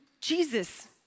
Jesus